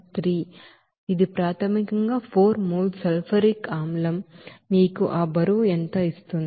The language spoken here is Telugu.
3 ఇది ప్రాథమికంగా 4 మోల్స్ సల్ఫ్యూరిక్ ಆಸಿಡ್ మీకు ఆ బరువును ఎంత ఇస్తుంది